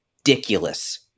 ridiculous